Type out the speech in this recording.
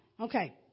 Okay